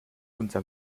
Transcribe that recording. unser